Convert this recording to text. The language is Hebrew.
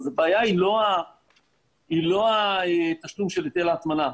אז הבעיה היא לא התשלום של היטל ההטמנה.